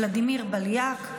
ולדימיר בליאק,